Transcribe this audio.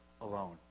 alone